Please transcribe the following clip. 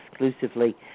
exclusively